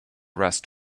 rest